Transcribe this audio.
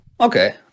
okay